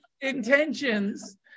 intentions